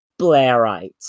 Blairites